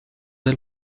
del